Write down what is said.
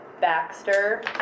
Baxter